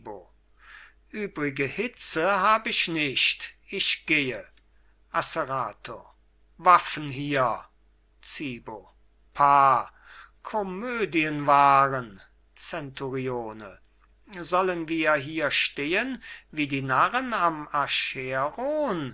übrige hitze hab ich nicht ich gehe asserato waffen hier zibo pah komödienwaren zenturione sollen wir hier stehen wie die narren am